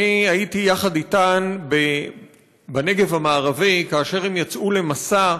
אני הייתי יחד איתן בנגב המערבי כאשר הן יצאו למסע,